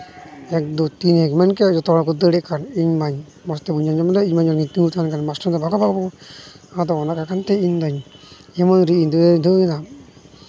ᱮᱠ ᱫᱩ ᱛᱤᱱ ᱢᱮᱱ ᱠᱮᱜᱼᱟ ᱡᱚᱛᱚ ᱦᱚᱲᱠᱚ ᱫᱟᱹᱲᱮᱜ ᱠᱷᱟᱱ ᱤᱧ ᱢᱟ ᱢᱚᱡᱽ ᱛᱮ ᱵᱟᱹᱧ ᱟᱸᱡᱚᱢ ᱞᱮᱜ ᱤᱧ ᱢᱟ ᱚᱸᱰᱮᱧ ᱛᱤᱸᱜᱩ ᱛᱟᱦᱮᱱ ᱠᱟᱱᱟ ᱢᱟᱥᱴᱟᱨ ᱮ ᱢᱮᱱᱫᱟ ᱵᱷᱟᱜᱟ ᱵᱷᱟᱜᱟ ᱵᱟᱹᱵᱩ ᱟᱫᱚ ᱚᱱᱟ ᱟᱸᱡᱚᱢᱛᱮ ᱤᱧ ᱫᱚ ᱮᱢᱚᱱ ᱤᱧ ᱫᱟᱹᱨ ᱫᱟᱹᱲᱟ